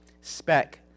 SPEC